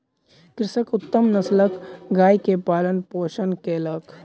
कृषक उत्तम नस्लक गाय के पालन पोषण कयलक